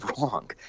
wrong